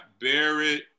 Barrett